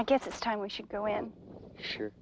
i guess it's time we should go and sure